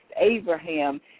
Abraham